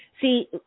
See